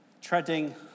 treading